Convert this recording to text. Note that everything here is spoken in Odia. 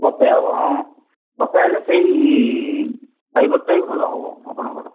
ବଫେ ହେବ ହଁ ବଫେ ହେଲେ ସେଇ ଫାଇବରଟା ହିଁ ଭଲ ହେବ ଆପଣଙ୍କର